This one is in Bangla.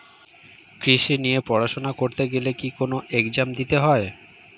কৃষি নিয়ে পড়াশোনা করতে গেলে কি কোন এগজাম দিতে হয়?